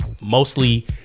mostly